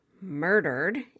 murdered